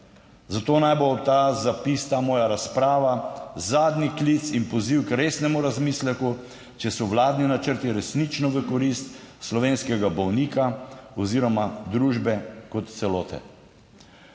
Zato naj bo ta zapis, ta moja razprava, zadnji klic in poziv k resnemu razmisleku, če so vladni načrti resnično v korist slovenskega bolnika oziroma družbe kot celote.